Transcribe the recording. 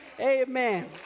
Amen